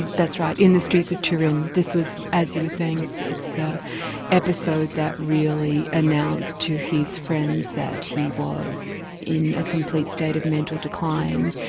that's right. in the streets of turin. this is, as you were saying, it's it's the episode that really announced to his friends that he was in a complete state of mental decline,